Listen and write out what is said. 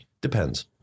depends